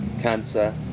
cancer